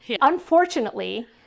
unfortunately